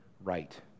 right